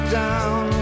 down